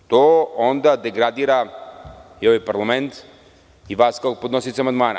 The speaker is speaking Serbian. To onda degradira ovaj parlament i vas kao podnosioca amandmana.